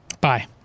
bye